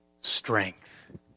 strength